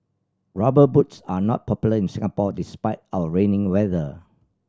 Rubber Boots are not popular in Singapore despite our rainy weather